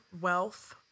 wealth